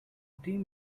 team